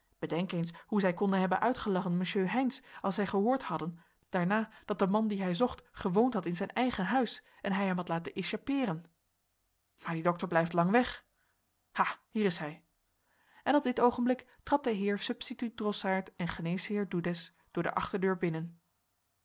bedenk eens hoe zij konden hebben uitgelachen monsieur heynsz als zij gehoord hadden daarna dat de man dien hij zocht gewoond had in zijn eigen huis en hij hem had laten echappeeren maar die dokter blijft lang weg ha hier is hij en op dit oogenblik trad de heer substituut drossaard en geneesheer doedes door de achterdeur binnen